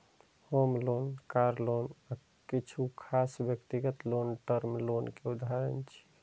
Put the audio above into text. होम loan, car loan आ किछु खास व्यक्तिगत लोन टर्म लोन के उदाहरण छियै